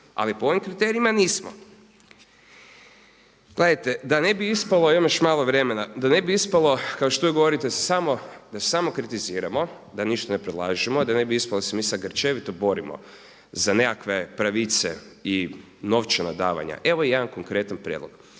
ali po ovim kriterijima nismo. Gledajte da ne bi ispalo, imam još malo vremena, da ne bi ispalo kao što uvijek govorite da samo kritiziramo, da ništa ne predlažemo, da ne bi ispalo da se mi sada grčevito borimo za nekakve pravice i novčana davanja, evo jedan konkretan prijedlog.